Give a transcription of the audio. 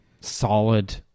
solid